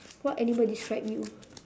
what animal describe you